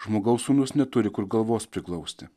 žmogaus sūnus neturi kur galvos priglausti